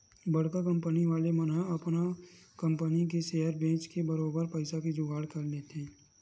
बड़का कंपनी वाले मन ह अपन कंपनी के सेयर बेंच के बरोबर पइसा के जुगाड़ कर लेथे